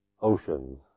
oceans